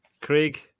Craig